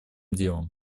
делом